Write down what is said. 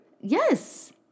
yes